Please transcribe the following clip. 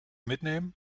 mitnehmen